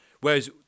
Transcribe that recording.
whereas